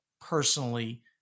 personally